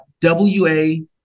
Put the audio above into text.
W-A